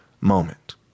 moment